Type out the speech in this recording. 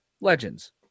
Legends